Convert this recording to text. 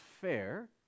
fair